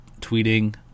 tweeting